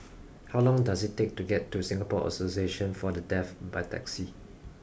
how long does it take to get to Singapore Association For The Deaf by taxi